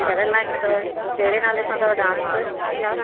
कैरीन line में अथव ऐं कहिड़े नाले से अथव डांस क्लास